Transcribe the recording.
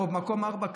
או במקום רביעי,